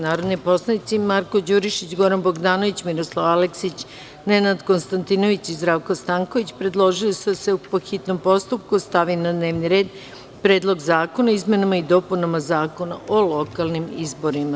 Narodni poslanici Marko Đurišić, Goran Bogdanović, Miroslav Aleksić, Nenad Konstantinović i Zdravko Stanković predložili su da se, po hitnom postupku, stavi na dnevni red Predlog zakona o izmenama i dopunama Zakona o lokalnim izborima.